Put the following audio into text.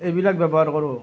এইবিলাক ব্যৱহাৰ কৰোঁ